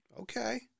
Okay